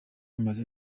bumaze